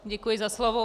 Děkuji za slovo.